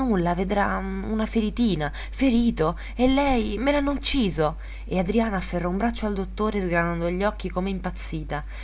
nulla vedrà una feritina ferito e lei me l'hanno ucciso e adriana afferrò un braccio al dottore sgranando gli occhi come impazzita